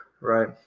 Right